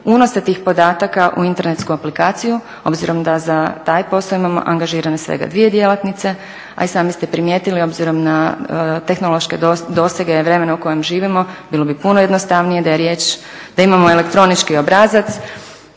unosa tih podataka u internetsku aplikaciju, obzirom da za taj posao imamo angažirane svega dvije djelatnice, a i sami ste primijetili obzirom na tehnološke dosege vremena u kojem živimo bilo bi puno jednostavnije da je riječ, da imamo elektronički obrazac